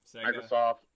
Microsoft